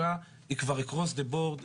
כי אתם לא נוגעים בבעיה